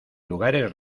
lugares